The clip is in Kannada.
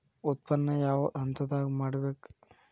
ಉತ್ಪನ್ನ ಯಾವ ಹಂತದಾಗ ಮಾಡ್ಬೇಕ್?